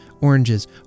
oranges